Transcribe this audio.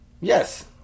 Yes